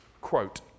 quote